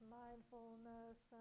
mindfulness